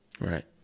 Right